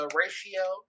ratio